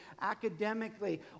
academically